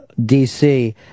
dc